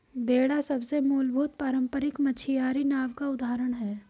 बेड़ा सबसे मूलभूत पारम्परिक मछियारी नाव का उदाहरण है